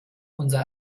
unser